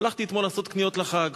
הלכתי אתמול לעשות קניות לחג.